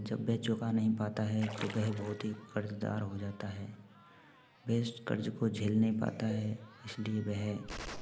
और जब वह चुका नहीं पाता है तो वह बहुत ही कर्ज़दार हो जाता है वह इस कर्ज़ को झेल नहीं पाता है इसलिए वह